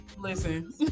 Listen